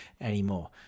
anymore